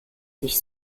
sich